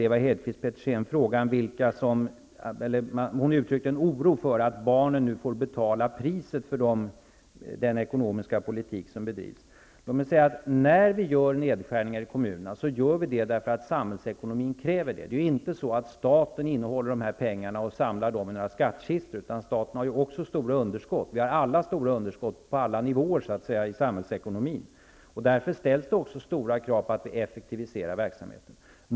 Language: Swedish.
Ewa Hedqvist Petersen uttryckte en oro för att barnen nu får betala priset för den ekonomiska politik som bedrivs. När det görs nedskärningar i kommunerna görs det därför att samhällsekonomin kräver det. Staten håller inte inne dessa pengar och samlar dem i några skattkistor. Staten har ju också stora underskott. Vi har alla stora underskott på alla nivåer i samhällsekonomin. Därför ställs det också stora krav på att vi effektiviserar verksamheten.